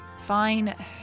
Fine